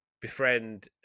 befriend